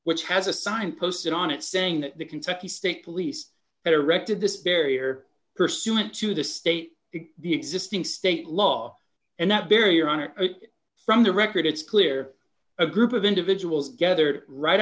which has a sign posted on it saying that the kentucky state police had arrested this barrier pursuant to the state of the existing state law and that barrier on it from the record it's clear a group of individuals gathered right